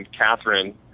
Catherine